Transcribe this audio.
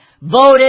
voted